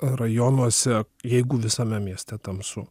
rajonuose jeigu visame mieste tamsu